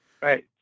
Right